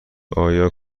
آیا